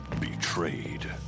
betrayed